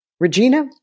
Regina